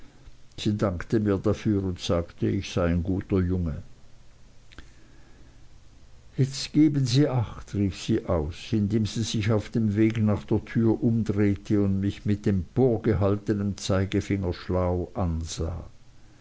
sie dankte mir dafür und sagte ich sei ein guter junge jetzt geben sie acht rief sie aus indem sie sich auf dem weg nach der tür umdrehte und mich mit emporgehaltnem zeigefinger schlau ansah